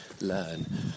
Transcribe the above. learn